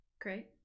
Great